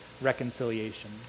reconciliation